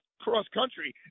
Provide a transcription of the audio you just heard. cross-country